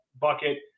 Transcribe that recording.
bucket